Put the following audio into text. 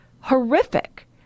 horrific